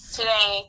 today